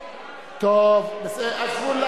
טוב, בסדר, עזבו.